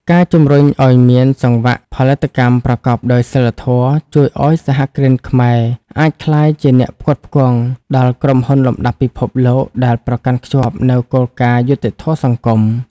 ការជំរុញឱ្យមាន "សង្វាក់ផលិតកម្មប្រកបដោយសីលធម៌" ជួយឱ្យសហគ្រិនខ្មែរអាចក្លាយជាអ្នកផ្គត់ផ្គង់ដល់ក្រុមហ៊ុនលំដាប់ពិភពលោក ដែលប្រកាន់ខ្ជាប់នូវគោលការណ៍យុត្តិធម៌សង្គម។